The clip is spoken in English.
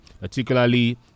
particularly